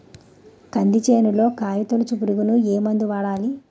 కంది చేనులో కాయతోలుచు పురుగుకి ఏ మందు వాడాలి?